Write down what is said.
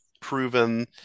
proven